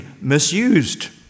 misused